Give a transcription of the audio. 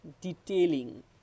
detailing